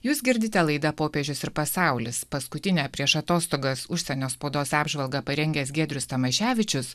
jūs girdite laidą popiežius ir pasaulis paskutinę prieš atostogas užsienio spaudos apžvalgą parengęs giedrius tamaševičius